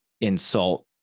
insult